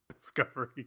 Discovery